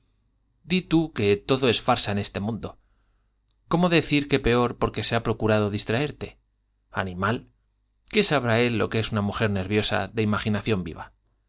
di tú que todo es farsa en este mundo cómo decir que estás peor porque se ha procurado distraerte animal qué sabrá él lo que es una mujer nerviosa de imaginación viva